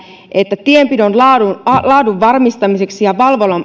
että tienpidon laadun laadun varmistamiseksi ja